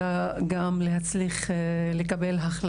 שהיא תהיה מעניינת גם לגברים וגם לנשים.